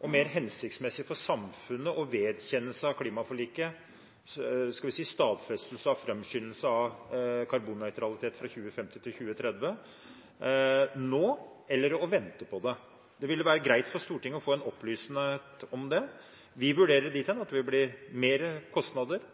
og mer hensiktsmessig for samfunnet å vedkjenne seg klimaforlikets – skal vi si – stadfestelse av framskyndelse av karbonnøytralitet fra 2050 til 2030 nå enn å vente på det? Det ville være greit for Stortinget å få opplysninger om det. Vi vurderer det dit hen at det vil bli mer kostnader